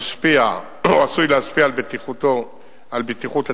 המשפיע או העשוי להשפיע על בטיחות הטיסה.